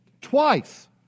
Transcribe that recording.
twice